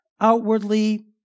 outwardly